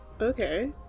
Okay